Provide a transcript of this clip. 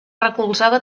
recolzava